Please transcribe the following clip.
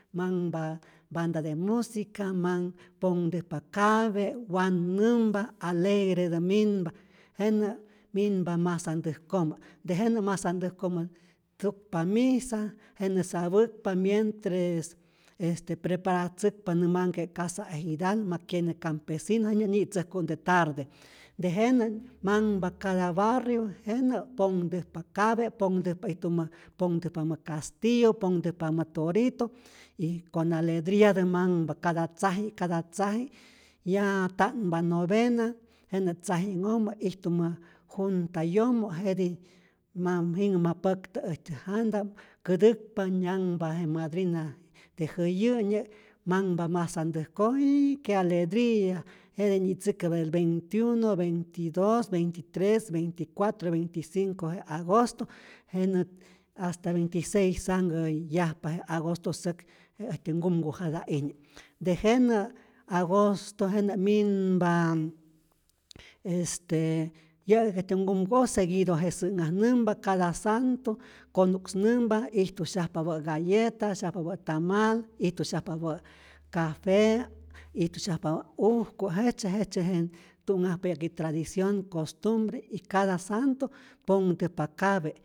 Manhpa banda de musica manh ponhtäjpa kape', wan'nämpa, alegretä minpa, jenä' minpa masantäjkojmä, tejenä masantäjkojmä tukpa misa jenä sapäkpa mientres este preparatzäkpa manhpa casa ejidal, ma kyene campesino, jenä nyi'tzäjku'te tarde, tejenä manhpa cada barrio, jenä' ponhtäjpa kape, ponhtäjpa ijtumä ponhtäjpamä castillo, pontäjpamä torito, y con alegriatä manhpa cada tzaji, cada tzaji, ya ta'npa novena jenä tzaji'nhojmä ijtumä junta yomo' jetij jinhä ma päktä äjtyä janta, kätäkpa nyanhpa je madrina je jäyä'nye, manhpa masantäjkoj jiiii que aledria, jete nyitzäkä veintiuno, veintidos, veintitres, veinticuatro, veinticinco je agosto, jenä hasta veintiseis anhkä yajpa je agosto säk, äjtyä nkumku jata'ijnye', tejenä agosto, jenä' minpa este yä'k äjtyä kumku'oj seguido je sä'nhajnämpa, cada santo konu'ksnämpa, ijtu syajpapä' galleta, syajpapä' tamal, ijtu syajapapä cafe, ijtu syajpapä' ujku, jejtzye jejtzye je tu'nhajpa yä'ki tradicion, costumbre y cada santo ponhtäjpa kape'